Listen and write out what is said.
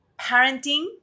parenting